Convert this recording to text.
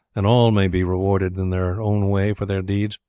and all may be rewarded in their own way for their deeds.